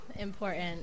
Important